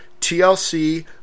TLC